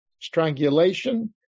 strangulation